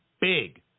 big